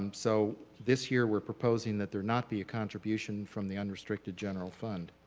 um so this year, we're proposing that there not be a contribution from the unrestricted general fund.